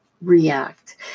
react